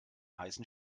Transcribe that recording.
heißen